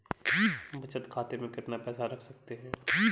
बचत खाते में कितना पैसा रख सकते हैं?